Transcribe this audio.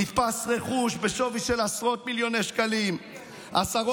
גן עדן.